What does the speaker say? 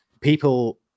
people